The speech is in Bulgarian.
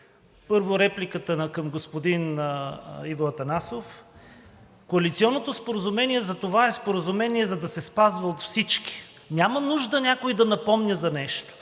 първо репликата ми е към господин Иво Атанасов. Коалиционното споразумение затова е споразумение, за да се спазва от всички, няма нужда някой да напомня за нещо.